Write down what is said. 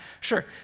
Sure